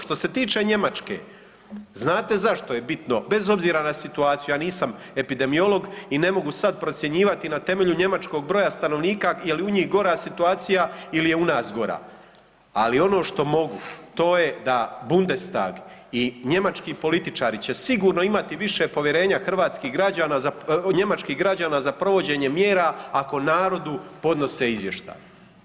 Što se tiče Njemačke, znate zašto je bitno, bez obzira na situaciju, ja nisam epidemiolog i ne mogu sad procjenjivati na temelju njemačkog broja stanovnika je li u njih gora situacija ili je u nas gora, ali ono što mogu to je da Bundestag i njemački političari će sigurno imati više povjerenja hrvatskih građana za, njemačkih građana za provođenje mjera ako narodu podnose izvještaje.